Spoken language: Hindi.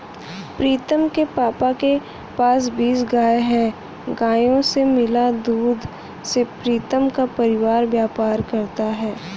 प्रीतम के पापा के पास बीस गाय हैं गायों से मिला दूध से प्रीतम का परिवार व्यापार करता है